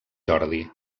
jordi